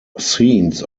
scenes